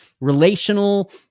relational